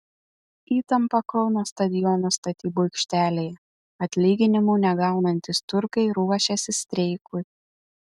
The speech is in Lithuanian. įtampa kauno stadiono statybų aikštelėje atlyginimų negaunantys turkai ruošiasi streikui